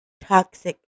toxic